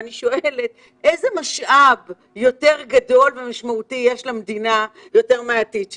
ואני שואלת איזה משאב יותר גדול ומשמעותי יש למדינה מהעתיד שלה,